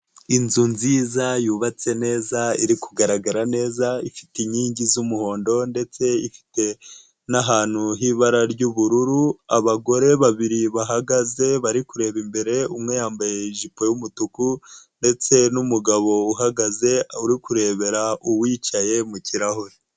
Inzu nziza yubatse neza iri kugaragara neza ifite inkingi z'umuhondo ndetse n'ahantu h'ibara ry'ubururu, abagore babiri bahagaze bari kureba imbere umwe yambaye ijipo y'umutuku ndetse n'umugabo uhagaze uri kurebera uwicaye mu kirahure.